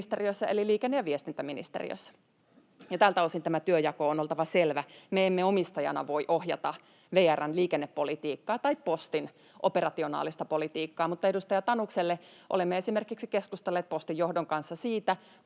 eli liikenne- ja viestintäministeriössä. Ja tältä osin tämän työnjaon on oltava selvä: me emme omistajana voi ohjata VR:n liikennepolitiikkaa tai Postin operationaalista politiikkaa. Mutta edustaja Tanukselle: Olemme esimerkiksi keskustelleet Postin johdon kanssa siitä,